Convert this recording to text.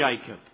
Jacob